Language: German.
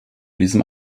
diesem